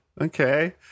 okay